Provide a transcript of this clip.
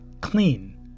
Clean